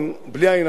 בלי עין הרע,